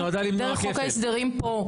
דרך חוק ההסדרים פה.